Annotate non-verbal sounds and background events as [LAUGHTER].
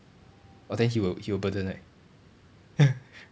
oh then he will he will burden right [LAUGHS]